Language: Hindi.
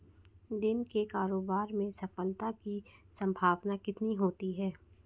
दिन के कारोबार में सफलता की संभावना कितनी होती है?